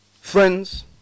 friends